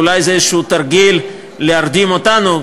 אולי זה איזה תרגיל להרדים אותנו,